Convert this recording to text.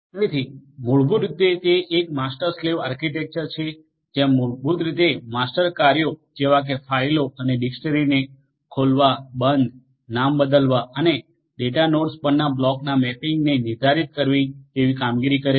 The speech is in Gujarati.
તેથી મૂળભૂત રીતે તે એક માસ્ટર સ્લેવ આર્કિટેક્ચર છે જ્યાં મૂળભૂત રીતે માસ્ટર કાર્યો જેવા કે ફાઇલો અને ડિક્શનરીઝને ખોલવા બંધ નામ બદલવા અને ડેટાનોડ્સ પરના બ્લોક્સના મેપિંગને નિર્ધારિત કરવા જેવી કામગીરી કરે છે